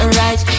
right